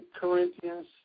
Corinthians